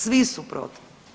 Svi su protiv.